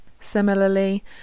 Similarly